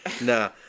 Nah